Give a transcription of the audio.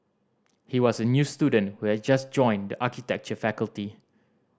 he was a new student who had just joined the architecture faculty